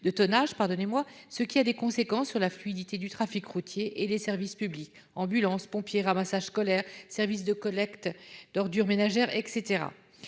du tonnage, ce qui a des conséquences sur la fluidité du trafic routier et des services publics- ambulances, pompiers, ramassage scolaire, service de collecte des ordures ménagères, etc.